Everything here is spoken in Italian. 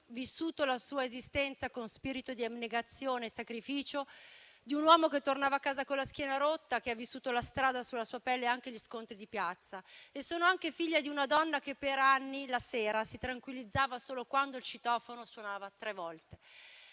vissuto la sua esistenza con spirito di abnegazione e sacrificio, che tornava a casa con la schiena rotta e ha vissuto la strada sulla sua pelle e anche gli scontri di piazza. Sono anche figlia di una donna che, per anni, la sera si tranquillizzava solo quando il citofono suonava tre volte.